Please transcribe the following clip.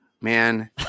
man